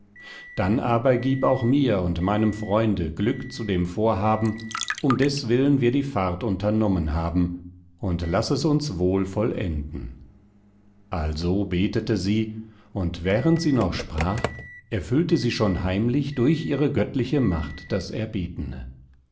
dann aber gieb auch mir und meinem freunde glück zu dem vorhaben um deswillen wir die fahrt unternommen haben und laß es uns wohl vollenden also betete sie und während sie noch sprach erfüllte sie schon heimlich durch ihre göttliche macht das erbetene